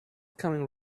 coming